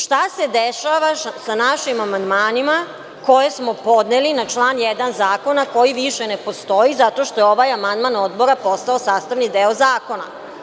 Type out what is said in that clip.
Šta se dešava sa našim amandmanima koje smo podneli na član 1. zakona koji više ne postoji zato što je ovaj amandman Odbora postao sastavni deo zakona.